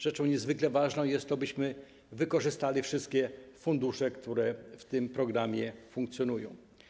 Rzeczą niezwykle ważną jest też to, abyśmy wykorzystali wszystkie fundusze, które w tym programie funkcjonują.